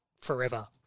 forever